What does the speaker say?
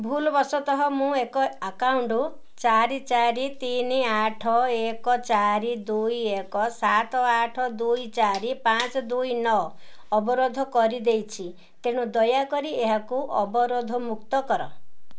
ଭୁଲ୍ବଶତଃ ମୁଁ ଏକ ଆକାଉଣ୍ଟ୍ ଚାରି ଚାରି ତିନି ଆଠ ଏକ ଚାରି ଦୁଇ ଏକ ସାତ ଆଠ ଦୁଇ ଚାରି ପାଞ୍ଚ ଦୁଇ ନଅ ଅବରୋଧ କରିଦେଇଛି ତେଣୁ ଦୟାକରି ଏହାକୁ ଅବରୋଧମୁକ୍ତ କର